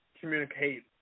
communicate